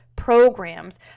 programs